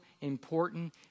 important